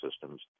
systems